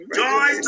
joy